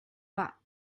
pas